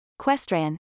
questran